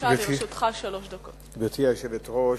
היושבת-ראש,